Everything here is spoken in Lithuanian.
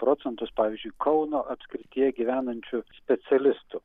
procentus pavyzdžiui kauno apskrityje gyvenančių specialistų